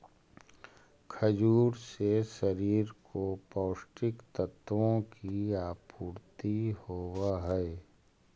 खजूर से शरीर को पौष्टिक तत्वों की आपूर्ति होवअ हई